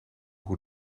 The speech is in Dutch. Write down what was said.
hoe